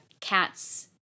cats